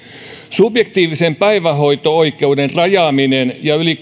subjektiivisen päivähoito oikeuden rajaaminen ja yli